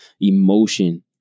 emotion